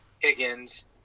higgins